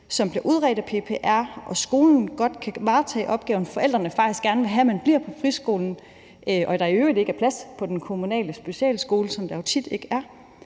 som bliver udredt af PPR, og hvor skolen godt kan varetage opgaven og forældrene faktisk gerne vil have, barnet bliver på friskolen, og der i øvrigt ikke er plads på den kommunale specialskole, hvad der jo tit ikke er,